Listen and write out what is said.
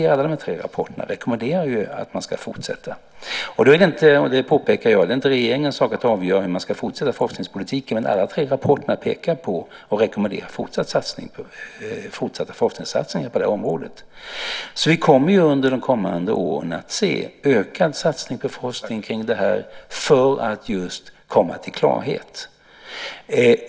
Alla tre rapporterna rekommenderar att man fortsätter forska kring detta. Jag vill påpeka att det inte är regeringens sak att avgöra hur man ska fortsätta forskningspolitiken, men alla tre rapporterna rekommenderar alltså fortsatta forskningssatsningar på det här området. Vi kommer därför under de kommande åren att se en ökad satsning på forskning kring detta för att få klarhet.